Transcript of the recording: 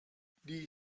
die